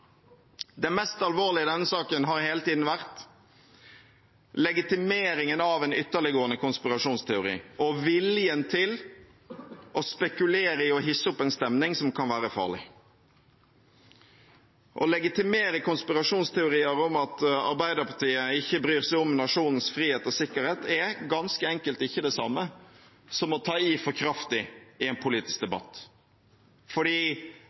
Det mest alvorlige i denne saken har hele tiden vært legitimeringen av en ytterliggående konspirasjonsteori og viljen til å spekulere i å hisse opp en stemning som kan være farlig. Å legitimere konspirasjonsteorier om at Arbeiderpartiet ikke bryr seg om nasjonens frihet og sikkerhet, er ganske enkelt ikke det samme som å ta i for kraftig i en politisk debatt, fordi